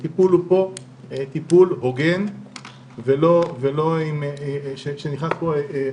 שהטיפול הוא טיפול הוגן ולא נכנס בו פגם,